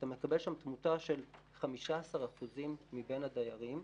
אתה מקבל שם תמותה של 15% מבין הדיירים.